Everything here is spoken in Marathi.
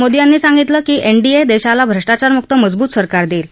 मोदी यांनी सांगितलं की एनडीए देशाला भ्रष्टाचारमुक्त मजबूत सरकार देईल